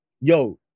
yo